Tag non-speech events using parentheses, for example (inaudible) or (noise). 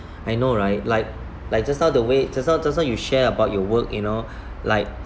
I know right like like just now the way just now just now you share about your work you know (breath) like